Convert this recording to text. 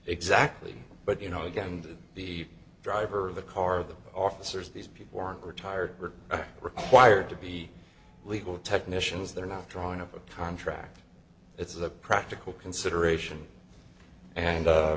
exactly but you know again the driver of the car the officers these people are retired are required to be legal technicians they're not drawing up a contract it's a practical consideration and u